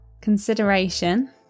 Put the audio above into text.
consideration